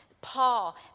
Paul